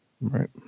Right